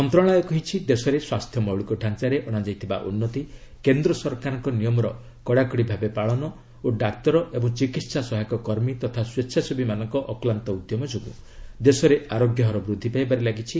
ମନ୍ତ୍ରଣାଳୟ କହିଛି ଦେଶରେ ସ୍ୱାସ୍ଥ୍ୟ ମୌଳିକ ଡାଞ୍ଚାରେ ଅଣାଯାଇଥିବା ଉନ୍ନତି କେନ୍ଦ୍ର ସରକାରଙ୍କ ନିୟମର କଡ଼ାକଡ଼ି ପାଳନ ଓ ଡାକ୍ତର ଏବଂ ଚିକିତ୍ସା ସହାୟକ କର୍ମୀ ତଥା ସ୍ୱେଚ୍ଛାସେବୀମାନଙ୍କ ଅକ୍ଲାନ୍ତ ଉଦ୍ୟମ ଯୋଗୁଁ ଦେଶରେ ଆରୋଗ୍ୟ ହାର ବୃଦ୍ଧି ପାଇବାରେ ଲାଗିଛି